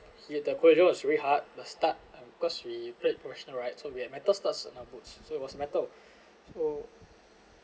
here the collision was really hard the start um cause we played professional right so we had met~ so it was matter of so